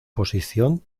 posición